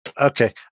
Okay